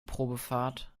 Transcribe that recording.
probefahrt